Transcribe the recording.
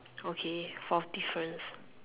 okay fourth difference